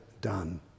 done